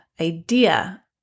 idea